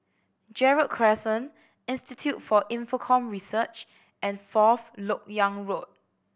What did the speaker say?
Gerald Crescent Institute for Infocomm Research and Fourth Lok Yang Road